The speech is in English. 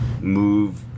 move